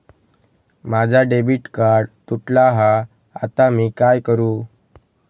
माझा debit card तुटला हा आता मी काय करू?